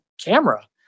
camera